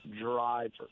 driver